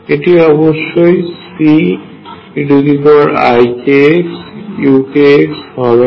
এটি অবশ্যই Ceikxuk হবে না